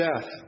death